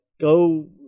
go